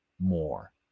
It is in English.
more